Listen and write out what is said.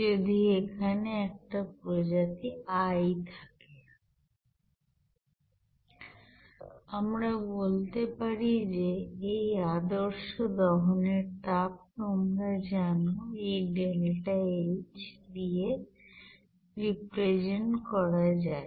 যদি এখানে একটা প্রজাতি আই থাকে আমরা বলতে পারি যে এই আদর্শ দহনের তাপ তোমরা জানো এই ডেল্টা এইচ দিয়ে রিপ্রেজেন্ট করা যায়